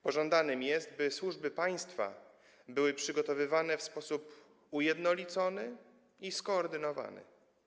Pożądane jest, by służby państwa były przygotowywane w sposób ujednolicony i skoordynowany.